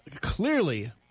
clearly